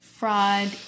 Fraud